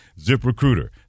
ZipRecruiter